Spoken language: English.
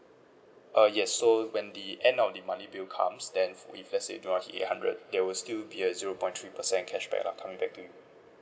uh yes so when the end of the monthly bill comes then if let's say do not hit eight hundred there will still be a zero point three percent cashback lah coming back to you